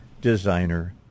Designer